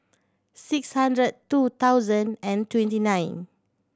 six hundred two thousand and twenty nine